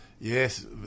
Yes